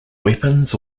weapons